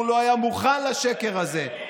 ידענו כמה תרגילים מסריחים,